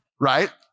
Right